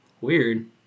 Weird